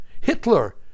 Hitler